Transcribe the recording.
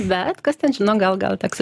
bet kas ten žino gal gal teks